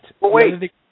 wait